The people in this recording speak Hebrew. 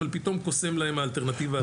אבל פתאום קוסמת להם האלטרנטיבה.